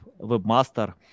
webmaster